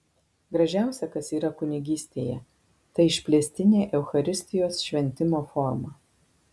gražiausia kas yra kunigystėje ta išplėstinė eucharistijos šventimo forma